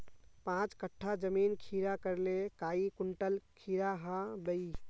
पाँच कट्ठा जमीन खीरा करले काई कुंटल खीरा हाँ बई?